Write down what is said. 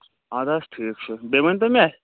اَدٕ حظ ٹھیٖک چھُ بیٚیہِ ؤنۍتو مےٚ